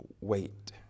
wait